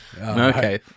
Okay